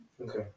Okay